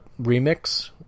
remix